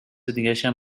دیگشم